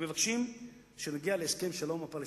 הם מבקשים שנגיע להסכם שלום עם הפלסטינים.